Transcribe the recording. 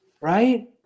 Right